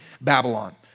Babylon